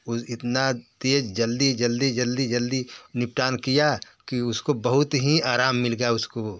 वो इतना तेज़ जाली जल्दी जल्दी जल्दी निपटान किया कि उसको बहुत ही आराम मिल गया उसको